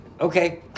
okay